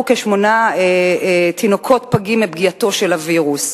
כשמונה תינוקות פגים מפגיעתו של הווירוס,